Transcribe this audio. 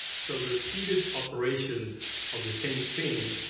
so repeated operations of the same thing,